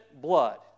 blood